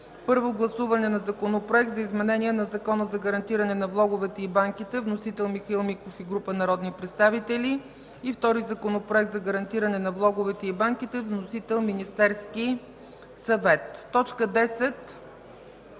Първо гласуване на Законопроект за изменение на Закона за гарантиране на влоговете в банките (вносители: Михаил Миков и група народни представители) и Законопроект за гарантиране на влоговете в банките (вносител: Министерският съвет).